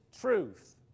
truth